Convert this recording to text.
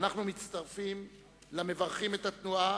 אנחנו מצטרפים למברכים את התנועה,